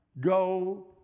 Go